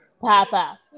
Papa